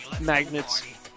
magnets